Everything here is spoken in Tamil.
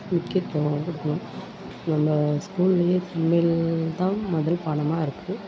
முக்கியத்துவம் கொடுக்கணும் நம்ம ஸ்கூல்லேயே தமிழ் தான் முதல் பாடமாக இருக்குது